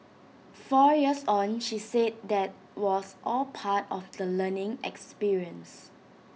four years on she said that was all part of the learning experience